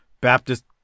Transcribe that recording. Baptist